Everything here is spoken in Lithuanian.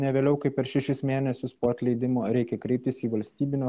ne vėliau kaip per šešis mėnesius po atleidimo reikia kreiptis į valstybinio